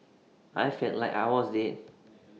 I felt like I was dead